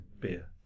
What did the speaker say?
beer